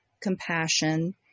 compassion